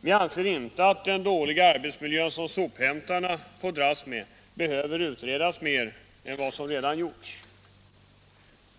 Vi anser inte att den dåliga arbetsmiljö som sophämtarna får dras med behöver utredas mer än vad som redan gjorts.